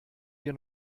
wir